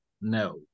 no